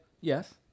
yes